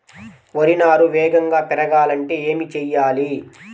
వరి నారు వేగంగా పెరగాలంటే ఏమి చెయ్యాలి?